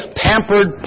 pampered